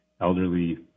Elderly